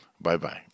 Bye-bye